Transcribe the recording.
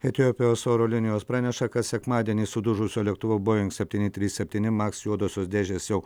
etiopijos oro linijos praneša kad sekmadienį sudužusio lėktuvo boing septyni trys septyni maks juodosios dėžės jau